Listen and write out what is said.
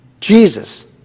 Jesus